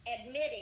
admitting